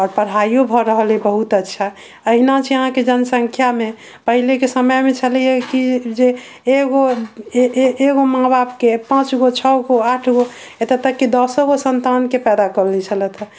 आओर पढाइयो भए रहल अइ बहुत अच्छा अहिना छै अहाँकेँ जनसंख्यामे पहिलेके समयमे छलैया कि जे एगो माँ बापके पांँचगो छओ गो आठ गो एतऽ तक कि दशो गो संतानके पैदा कऽ लै छलथि हँ